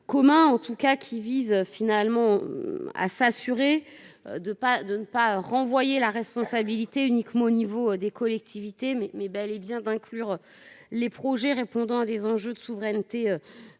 Communs en tout cas qui vise finalement. À s'assurer de pas de ne pas renvoyer la responsabilité uniquement au niveau des collectivités mais mais bel et bien d'inclure les projets répondant à des enjeux de souveraineté.